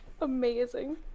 Amazing